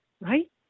right